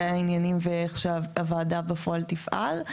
העניינים ואיך שהוועדה בפועל תפעל.